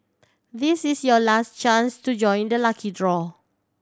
this is your last chance to join the lucky draw